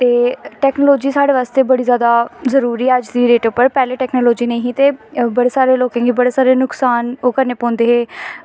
ते टैकनॉलजी साढ़े बास्ते बड़ी जैदा जरूरी ऐ अज्ज दी डेट च पैह्लें टैकनॉलजी नेईं ही ते बड़े सारे लोकें गी बड़े सारे नुकसान ओह् करने पौंदे हे